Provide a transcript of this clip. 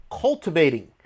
cultivating